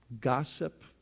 gossip